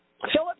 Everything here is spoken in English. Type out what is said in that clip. Philip